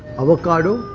avocado,